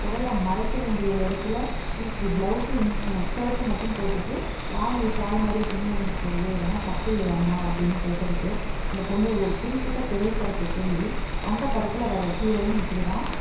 உடலை மறைக்க வேண்டிய இடத்துல நீ இப்படி பிளவுஸை இன்ஸ் ஸ்கேர்ட்ட மட்டும் போட்டுட்டு தாவணியை ஷால் மாதிரி பின் பண்ணிட்டு போகிறியே இதெல்லாம் தப்பு இல்லையாமா அப்படின்னு கேட்டதுக்கு அந்த பொண்ணு ஒரு குறிப்பிட்ட திரைப்படத்தை சொல்லி அந்த படத்தில் வர ஹீரோயின் இப்படி தான்